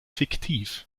fiktiv